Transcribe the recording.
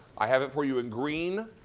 i have it for you in green,